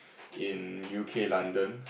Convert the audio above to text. in U_K London